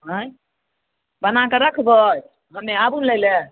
हाँय बना कऽ रखबै हमे आबू लै लेल